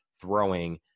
throwing